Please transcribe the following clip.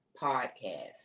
podcast